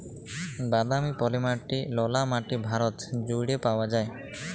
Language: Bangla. বাদামি, পলি মাটি, ললা মাটি ভারত জুইড়ে পাউয়া যায়